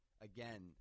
Again